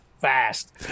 fast